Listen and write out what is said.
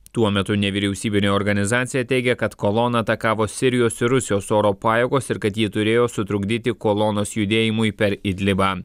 tuo metu nevyriausybinė organizacija teigia kad koloną atakavo sirijos ir rusijos oro pajėgos ir kad ji turėjo sutrukdyti kolonos judėjimui per idlibą